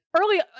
early